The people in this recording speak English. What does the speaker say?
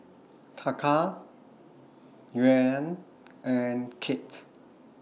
Taka Yuan and Kyat